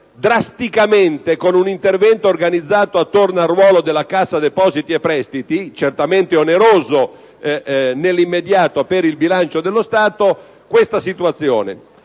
situazione con un intervento organizzato attorno al ruolo della Cassa depositi e prestiti, certamente oneroso nell'immediato per il bilancio dello Stato. Questo intervento